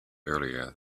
earlier